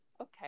Okay